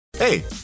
Hey